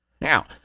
Now